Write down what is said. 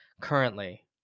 currently